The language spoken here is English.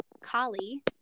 kali